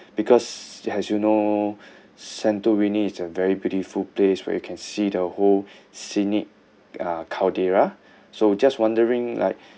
because as you know santorini is a very beautiful place where you can see the whole scenic uh caldera so just wondering like